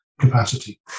capacity